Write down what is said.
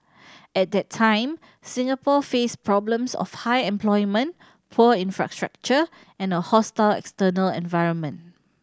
at that time Singapore faced problems of high unemployment poor infrastructure and a hostile external environment